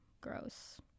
gross